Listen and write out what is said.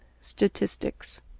Statistics